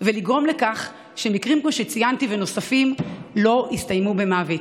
ולגרום לכך שמקרים כמו שציינתי ונוספים לא יסתיימו במוות.